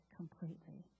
completely